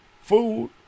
Food